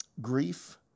grief